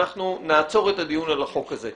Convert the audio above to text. אנחנו נעצור את הדיון על החוק הזה.